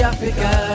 Africa